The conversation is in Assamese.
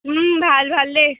ভাল ভাল দেই